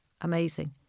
amazing